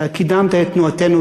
אתה קידמת את תנועתנו,